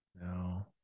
No